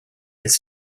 his